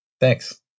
Thanks